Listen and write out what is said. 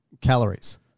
calories